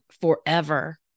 forever